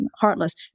heartless